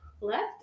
Left